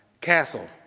Castle